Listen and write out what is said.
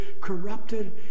corrupted